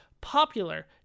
popular